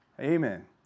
Amen